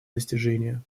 достижения